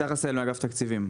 אני יפתח עשהאל מאגף תקציבים.